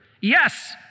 yes